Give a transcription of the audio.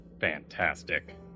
Fantastic